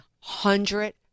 hundred